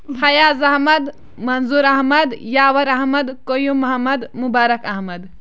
Fayaz Ahmad Manzoor Ahmad Yawar Ahmad Qayoom Ahmad Mubarak Ahmad